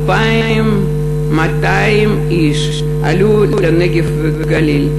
2,200 איש עלו לנגב ולגליל,